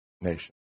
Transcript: nation